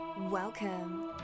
Welcome